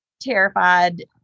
terrified